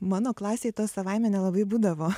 mano klasei to savaime nelabai būdavo